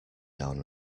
down